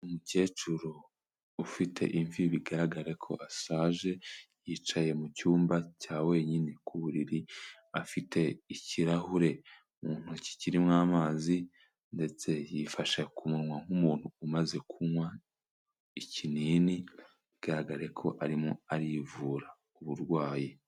Umukecuru ufite imvi bigaragara ko asaje yicaye mu cyumba cya wenyine ku buriri, afite ikirahure mu ntoki kirimo amazi ndetse yifasha ku munwa nk'umuntu umaze kunywa ikinini, bigaragare ko arimo arivura uburwayi.